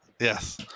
Yes